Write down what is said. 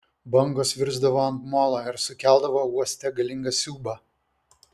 bangos virsdavo ant molo ir sukeldavo uoste galingą siūbą